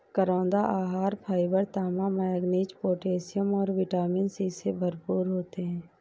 करौंदा आहार फाइबर, तांबा, मैंगनीज, पोटेशियम और विटामिन सी से भरपूर होते हैं